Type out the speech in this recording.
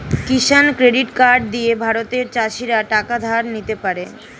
কিষান credit card দিয়ে ভারতের চাষীরা টাকা ধার নিতে পারে